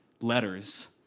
letters